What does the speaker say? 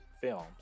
films